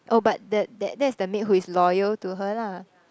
oh but that that is the maid who is loyal to her lah